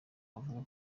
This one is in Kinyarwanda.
avuga